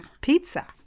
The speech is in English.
Pizza